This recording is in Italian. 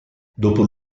dopo